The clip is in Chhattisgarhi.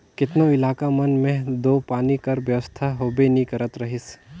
केतनो इलाका मन मे दो पानी कर बेवस्था होबे नी करत रहिस